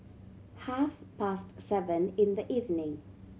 half past seven in the evening